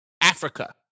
Africa